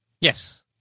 Yes